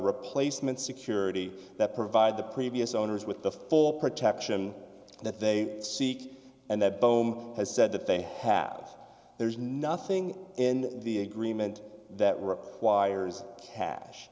replacement security that provide the previous owners with the full protection that they seek and that boehm has said that they have there's nothing in the agreement that requires